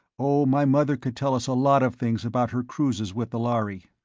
oh, my mother could tell us a lot of things about her cruises with the lhari.